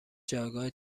جایگاه